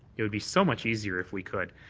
it would be so much easier if we could.